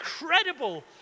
incredible